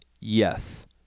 yes